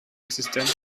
existenz